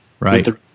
Right